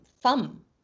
thumb